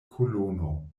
kolono